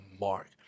mark